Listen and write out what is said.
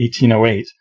1808